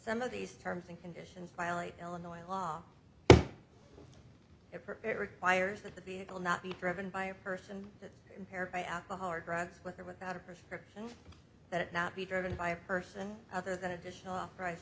some of these terms and conditions violate illinois law if it requires that the vehicle not be driven by a person that is impaired by alcohol or drugs with or without a prescription that it not be driven by a person other than additional pri